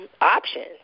options